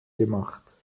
gemacht